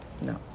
no